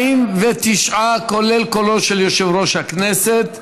49, כולל קולו של יושב-ראש הכנסת,